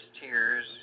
tears